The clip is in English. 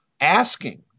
asking